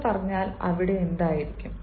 എന്ന് പറഞ്ഞാൽ അവിടെ എന്തായിരിക്കും